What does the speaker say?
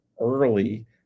early